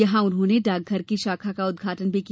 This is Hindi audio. यहां उन्होंने डाकघर की शाखा का उद्घाटन भी किया